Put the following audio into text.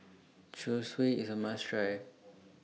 Zosui IS A must Try